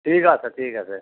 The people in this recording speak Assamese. ঠিক আছে ঠিক আছে